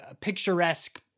picturesque